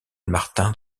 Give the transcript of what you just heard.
martin